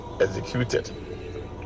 executed